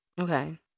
okay